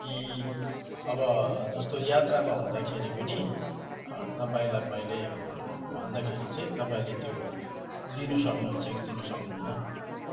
कि अब जस्तो यात्रामा हुँदाखेरि पनि तपाईँलाई मैले भन्दाखेरि चाहिँ तपाईँले त्यो दिनुसक्नुहुन्छ कि दिनु सक्नुहुन्न